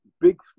big